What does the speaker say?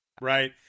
right